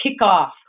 kickoff